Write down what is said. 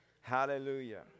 Hallelujah